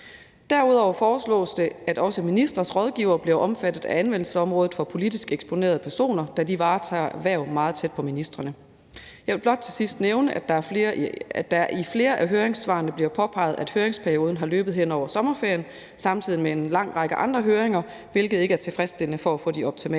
Derudover foreslås det, at også ministres rådgivere bliver omfattet af anvendelsesområdet for politisk eksponerede personer, da de varetager hverv meget tæt på ministrene. Jeg vil blot til sidst nævne, at der i flere af høringssvarene bliver påpeget, at høringsperioden har løbet hen over sommerferien samtidig med en lang række andre høringer, hvilket ikke er tilfredsstillende for at få de optimale